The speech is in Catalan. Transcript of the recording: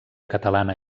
catalana